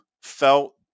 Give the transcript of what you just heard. felt